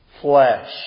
flesh